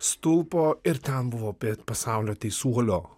stulpo ir ten buvo pėt pasaulio teisuolio